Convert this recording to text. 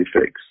fix